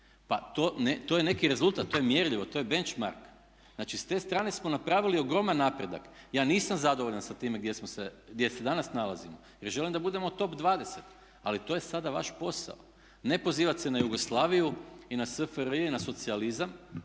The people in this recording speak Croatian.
Pa to je neki rezultat, to je mjerljivo, to je benchmark. Znači s te strane smo napravili ogroman napredak. Ja nisam zadovoljan sa time gdje se danas nalazimo jer želim da budemo top 20. Ali to je sada vaš posao. Ne pozivati se na Jugoslaviju i na SFRJ i na socijalizam